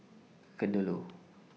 Kadaloor